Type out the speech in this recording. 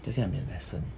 等一下 I'm in a lesson